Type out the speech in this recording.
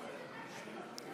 חבר'ה, להירגע.